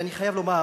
ואני חייב לומר